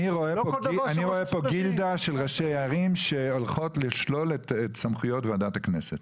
אני רואה פה גילדה של ראשי ערים שהולכות לשלול את סמכויות ועדת הכנסת.